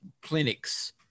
clinics